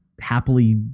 happily